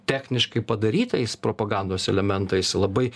techniškai padarytais propagandos elementais labai